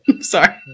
Sorry